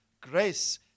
grace